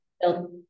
built